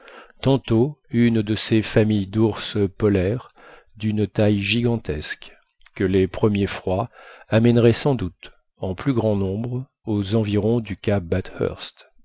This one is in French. tantôt une de ces familles d'ours polaires d'une taille gigantesque que les premiers froids amèneraient sans doute en plus grand nombre aux environs du cap